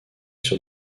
sur